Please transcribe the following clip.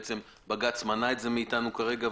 בעצם בג"צ מנע את זה מאתנו כרגע,